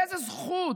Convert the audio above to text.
באיזה זכות,